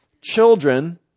Children